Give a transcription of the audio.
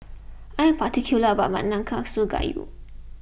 I am particular about my Nanakusa Gayu